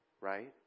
Right